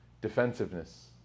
Defensiveness